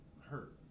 hurt